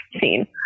scene